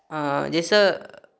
जाहिसँ